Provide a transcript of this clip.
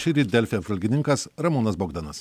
šįryt delfi apžvalgininkas ramūnas bogdanas